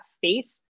face